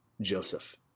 Joseph